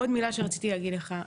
עוד מילה שרציתי להגיד לך.